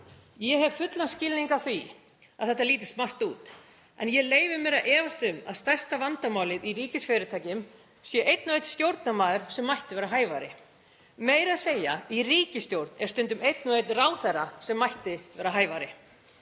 Ég hef fullan skilning á því að þetta líti smart út en ég leyfi mér að efast um að stærsta vandamálið í ríkisfyrirtækjum sé einn og einn stjórnarmaður sem mætti vera hæfari. Meira að segja í ríkisstjórn er stundum einn og einn ráðherra sem mætti vera hæfari.